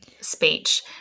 speech